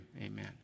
Amen